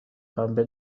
پنبه